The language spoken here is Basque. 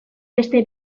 beste